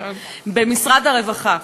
במשרד הרווחה,